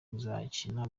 kuzakina